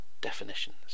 definitions